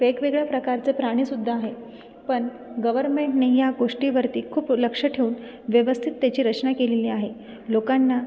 वेगवेगळ्या प्रकारचे प्राणी सुद्धा आहे पण गव्हर्मेंटने या गोष्टीवरती खूप लक्ष ठेवून व्यवस्थित त्याची रचना केलेली आहे लोकांना